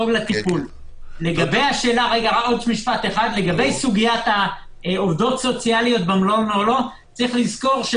לגבי סוגית העובדות הסוציאליות במלון או לא יש לזכור,